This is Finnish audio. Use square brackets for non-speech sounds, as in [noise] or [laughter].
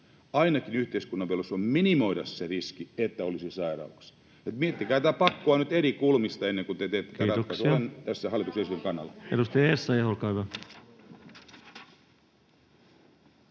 Ainakin yhteiskunnan velvollisuus on minimoida se riski, että olisi sairauksia. Miettikää tätä pakkoa [noise] nyt eri kulmista ennen kuin te teette tätä ratkaisua.